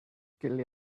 kill